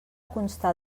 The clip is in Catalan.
constar